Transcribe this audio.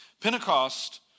Pentecost